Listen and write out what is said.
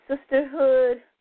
Sisterhood